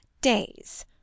days